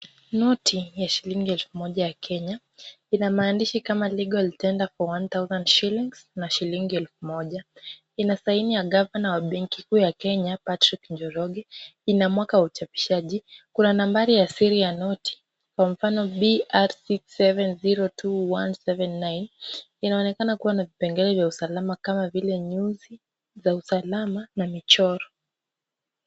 Noti ya shillingi elfu moja ya Kenya ina maandishi kama legal tender for one thousand shilling na shillingi elfu moja, ina saini ya ngavana wa benki kuu ya Kenya, Patrick Njoroge, ina mwaka wa uchapishaji, kuna nambari ya siri ya noti kwa mfano BR67O2I79 inaonekana kuwa na vipengele vya usalama kama vile nyuzi za usalama na michoro.